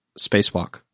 spacewalk